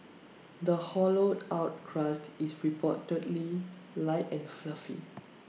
the hollowed out crust is reportedly light and fluffy